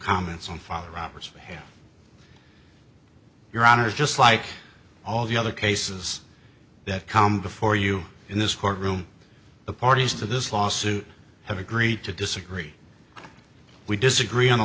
comments on follow robbers your honor just like all the other cases that come before you in this courtroom the parties to this lawsuit have agreed to disagree we disagree on the